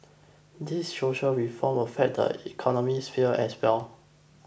these social reform affect the economic sphere as well